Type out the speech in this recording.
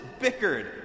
bickered